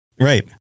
Right